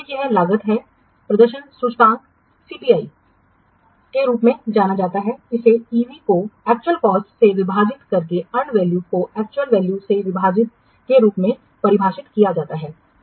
एक यह लागत है प्रदर्शन सूचकांक सीपीआई के रूप में जाना जाता है इसे ईवी को एक्चुअल कॉस्ट से विभाजित मतलब अर्नड वैल्यू को एक्चुअल वैल्यू से विभाजित के रूप में परिभाषित किया गया है